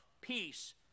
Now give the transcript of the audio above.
peace